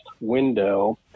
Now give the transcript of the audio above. window